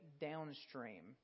downstream